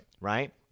Right